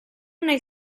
nel